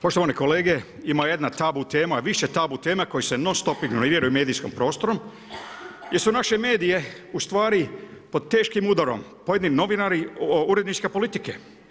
Poštovane kolege, ima jedna tabu tema, više tabu tema koje se non stop ignoriraju u medijskom prostoru, gdje su naše medije, u stvari pod teškim udarom, pojedini novinari, uredničke politike.